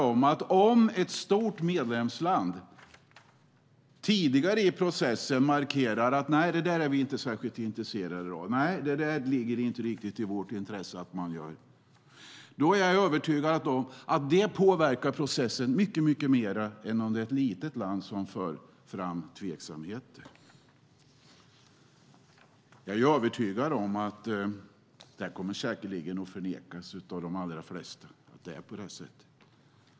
Om ett stort medlemsland tidigare i processen markerar att de inte är särskilt intresserade och att det inte ligger i deras intresse är jag helt övertygad om att det påverkar processen mycket mer än om det är ett litet land som för fram att man är tveksam. Detta kommer säkerligen att förnekas av de allra flesta.